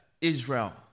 Israel